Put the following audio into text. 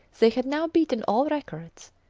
they had now beaten all records,